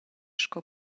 sco